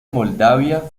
moldavia